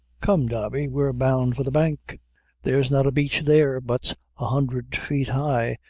come, darby, we're bound for the bank there's not a beech there but's a hundred feet high,